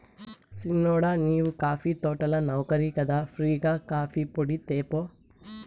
సిన్నోడా నీవు కాఫీ తోటల నౌకరి కదా ఫ్రీ గా కాఫీపొడి తేపో